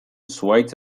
zuhaitz